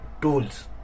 tools